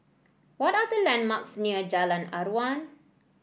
what are the landmarks near Jalan Aruan